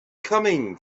coming